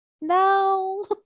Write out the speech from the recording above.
no